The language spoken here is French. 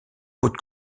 coûte